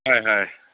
হয় হয়